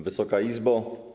Wysoka Izbo!